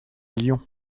lion